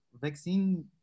vaccine